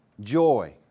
Joy